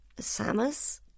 Samus